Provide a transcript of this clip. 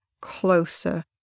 Closer